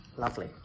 Lovely